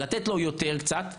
לתת לו קצת יותר,